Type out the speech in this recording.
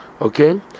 okay